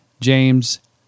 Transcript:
James